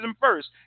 first